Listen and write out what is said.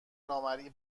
نامرئی